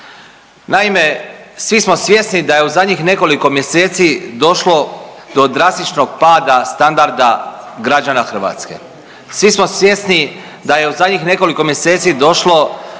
Naime, svi smo svjesni da je u zadnjih nekoliko mjeseci došlo do drastičnog pada standarda Hrvatske. Svi smo svjesni da je u zadnjih nekoliko mjeseci došlo